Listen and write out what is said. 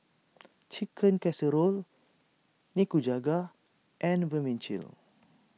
Chicken Casserole Nikujaga and Vermicelli